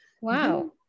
Wow